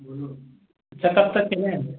हम्म कितने हैं